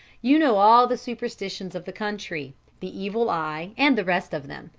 you know all the superstitions of the country the evil eye and the rest of them.